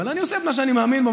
אבל אני עושה את מה שאני מאמין בו,